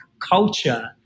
culture